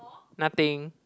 nothing